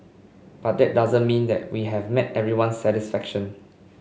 but that doesn't mean that we have met everyone satisfaction